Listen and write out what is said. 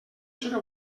serà